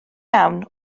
iawn